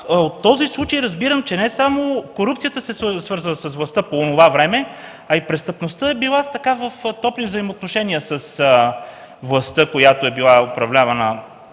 от този случай разбирам, че не само корупцията се свързва с властта по онова време, а и престъпността е била в топли взаимоотношения с властта, когато в държавата